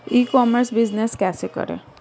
ई commerce business कैसे करें?